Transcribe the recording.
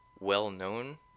well-known